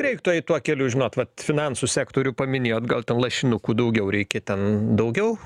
reiktų eit tuo keliu žinot kad vat finansų sektorių paminėjot gal ten lašinukų daugiau reikia ten daugiau